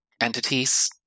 entities